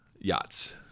Yachts